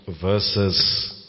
verses